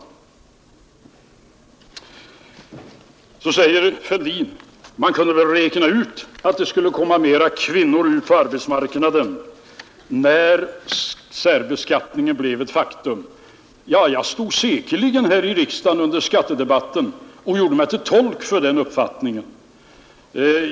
Vidare sade herr Fälldin: Man kunde väl räkna ut att det skulle komma ut flera kvinnor på arbetsmarknaden när särbeskattningen blev ett faktum. Ja, jag stod säkerligen och gjorde mig till tolk för den uppfattningen under skattedebatten här i riksdagen.